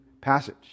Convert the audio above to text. passage